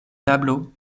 tablo